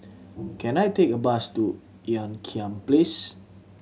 can I take a bus to Ean Kiam Place